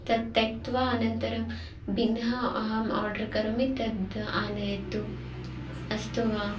तत् त्यक्त्वा अनन्तरं भिन्नम् अहम् आर्डर् करोमि तद् आनयतु अस्तु वा